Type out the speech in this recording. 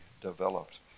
developed